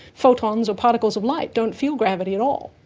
photons or particles of light don't feel gravity at all.